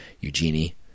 eugenie